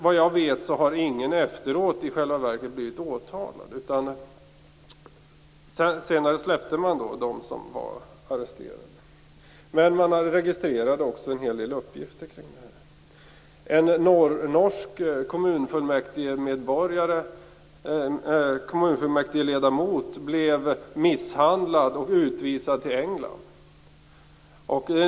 Vad jag vet har ingen efteråt i själva verket blivit åtalad, utan senare släppte man dem som blivit arresterade. Men man registrerade också en hel del uppgifter vid detta tillfälle. En norsk kommunfullmäktigeledamot blev misshandlad och utvisad till England.